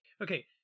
Okay